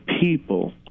people